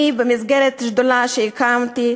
במסגרת השדולה שהקמתי,